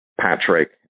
Patrick